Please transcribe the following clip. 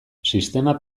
sistema